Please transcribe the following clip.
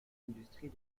industrie